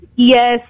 Yes